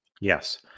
Yes